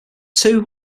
two